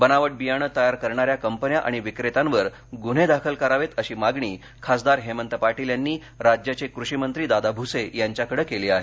बनावट बियाणे तयार करणाऱ्या कंपन्या आणि विक्रेत्यावर गुन्हे दाखल करावेत अशी मागणी खासदार हेमंत पाटील यांनी राज्याचे कृषी मंत्री दादा भूसे यांच्याकडे केली आहे